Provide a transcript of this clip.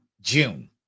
June